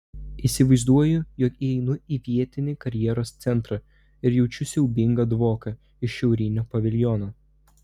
įsivaizduoju jog įeinu į vietinį karjeros centrą ir jaučiu siaubingą dvoką iš šiaurinio paviljono